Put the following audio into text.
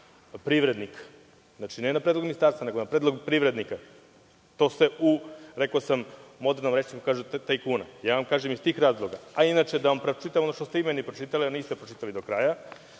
privrednika. Znači, ne na predlog Ministarstva, nego na predlog privrednika. To se u, rekao sam u modernom rečniku kaže, tajkuna. Kažem vam iz tih razloga. Inače da vam pročitam ono što ste vi meni pročitali, a niste pročitali do kraja.